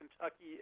Kentucky